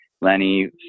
Lenny